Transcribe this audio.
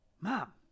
Mom